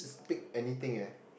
pick anything eh